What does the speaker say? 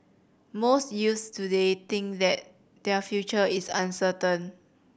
most youths today think that their future is uncertain